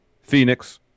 Phoenix